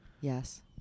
Yes